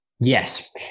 Yes